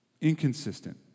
Inconsistent